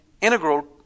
integral